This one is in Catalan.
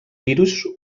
virus